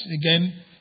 again